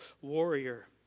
warrior